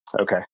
Okay